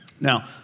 Now